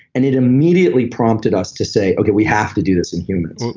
and it immediately prompted us to say, okay, we have to do this in humans.